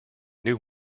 new